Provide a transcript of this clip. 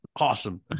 Awesome